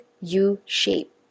U-shape